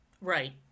right